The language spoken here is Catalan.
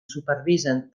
supervisen